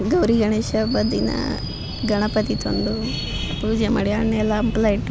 ಗೌರಿ ಗಣೇಶ ಹಬ್ಬದ ದಿನ ಗಣಪತಿ ತಂದು ಪೂಜೆ ಮಾಡಿ ಹಣ್ಣು ಎಲ್ಲ ಹಂಪ್ಲ ಇಟ್ಟು